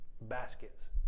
baskets